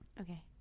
okay